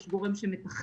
יש גורם שמתכנן,